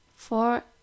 Four